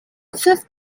fifth